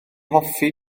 hoffi